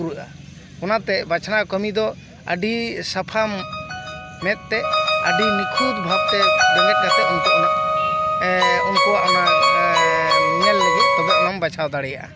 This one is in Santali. ᱯᱩᱨᱟᱹᱜᱼᱟ ᱚᱱᱟᱛᱮ ᱵᱟᱪᱷᱱᱟᱣ ᱠᱟᱹᱢᱤ ᱫᱚ ᱟᱹᱰᱤ ᱥᱟᱯᱷᱟ ᱢᱮᱸᱫᱛᱮ ᱟᱹᱰᱤ ᱱᱤᱠᱷᱩᱛ ᱵᱷᱟᱵᱽᱛᱮ ᱩᱱᱠᱩᱣᱟᱜ ᱚᱱᱟ ᱧᱮᱞ ᱞᱟᱹᱜᱤᱫ ᱮᱢ ᱵᱟᱪᱷᱟᱣ ᱫᱟᱲᱮᱭᱟᱜᱼᱟ